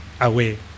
away